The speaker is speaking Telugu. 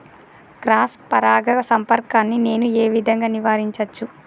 క్రాస్ పరాగ సంపర్కాన్ని నేను ఏ విధంగా నివారించచ్చు?